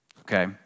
Okay